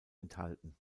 enthalten